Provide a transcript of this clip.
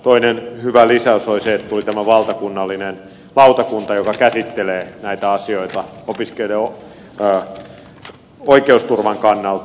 toinen hyvä lisäys oli se että tuli tämä valtakunnallinen lautakunta joka käsittelee näitä asioita opiskelijoiden oikeusturvan kannalta